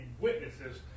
witnesses